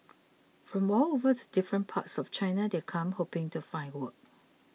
from all over the different parts of China they'd come hoping to find work